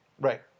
Right